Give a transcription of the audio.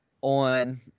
on